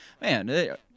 man